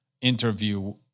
interview